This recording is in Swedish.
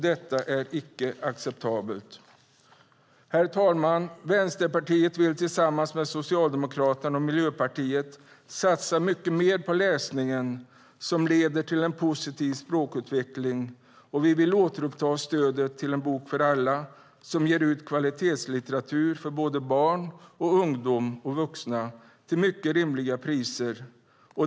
Detta är icke acceptabelt! Herr talman! Vänsterpartiet vill tillsammans med Socialdemokraterna och Miljöpartiet satsa mycket mer på läsningen som leder till en positiv språkutveckling, och vi vill återuppta stödet till En bok för alla som ger ut kvalitetslitteratur för både barn, ungdom och vuxna till mycket rimliga priser.